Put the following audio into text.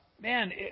man